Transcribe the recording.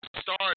start